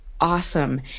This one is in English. awesome